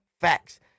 Facts